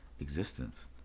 existence